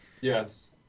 Yes